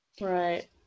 Right